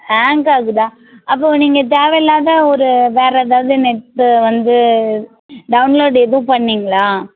hang ஆகுதா அப்போது நீங்கள் தேவையில்லாத ஒரு வேறு எதாவது நெட் வந்து டவுன்லோடு எதுவும் பண்ணீங்களா